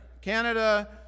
Canada